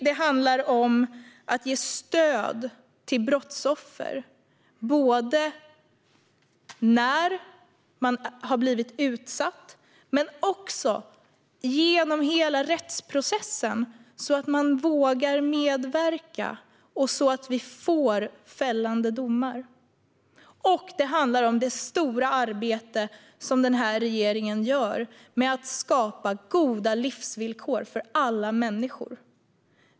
Det handlar om att ge stöd till brottsoffer när de har blivit utsatta och också genom hela rättsprocessen, så att de vågar medverka och så att vi får fällande domar. Och det handlar om det stora arbete som denna regering gör för att skapa goda livsvillkor för alla människor.